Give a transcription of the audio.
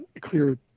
clear